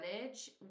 manage